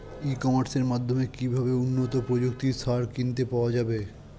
ই কমার্সের মাধ্যমে কিভাবে উন্নত প্রযুক্তির সার কিনতে পাওয়া যাবে?